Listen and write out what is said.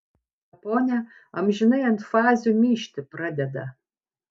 ta ponia amžinai ant fazių myžti pradeda